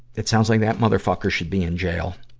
it sounds like that motherfucker should be in jail.